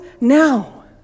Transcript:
now